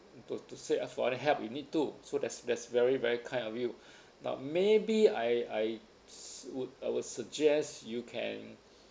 to to say ask for any help if we need to so that's that's very very kind of you now maybe I I would I would suggest you can